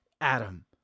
Adam